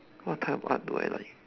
what type of art do I like